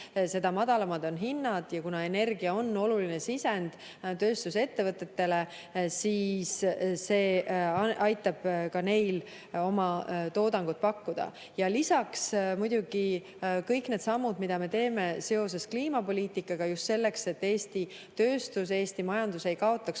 seda madalamad on hinnad ja kuna energia on oluline sisend tööstusettevõtetele, siis see aitab ka neil oma toodangut pakkuda. Ja lisaks muidugi kõik need sammud, mida me teeme seoses kliimapoliitikaga, just selleks, et Eesti tööstus, Eesti majandus ei kaotaks